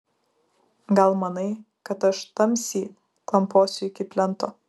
gal manai kad aš tamsy klamposiu iki plento